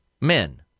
men